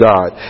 God